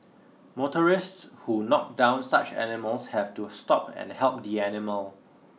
motorists who knocked down such animals have to stop and help the animal